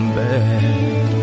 bad